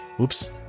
Oops